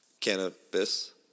Cannabis